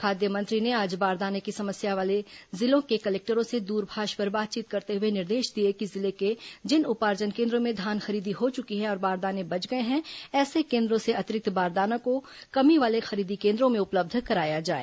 खाद्य मंत्री ने आज बारदाना की समस्या वाले जिलों के कलेक्टरों से दूरभाष पर बातचीत करते हुए निर्देश दिए कि जिले के जिन उपार्जन केन्द्रों में धान खरीदी हो चुकी है और बारदाना बच गए हैं ऐसे केन्द्रों से अतिरिक्त बारदाना को कमी वाले खरीदी केन्द्रों में उपलब्ध कराया जाए